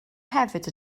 hefyd